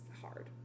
hard